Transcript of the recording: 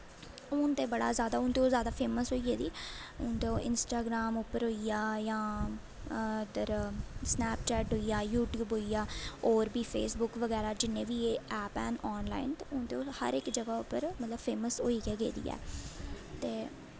हून ते बड़ा जैदा हून ते ओह् जादा फेमस होई गेदी हून ते ओह् इंस्टाग्राम उप्पर होई गेआ जां इद्धर स्नैपचैट होई गेआ यूट्यूब होई गेआ होर बी फेसबुक बगैरा जिन्ने बी एह् ऐप हैन आनलाइन ते उं'दे उप्पर हर इक जगह् मतलब फेमस होई गै गेदी ऐ ते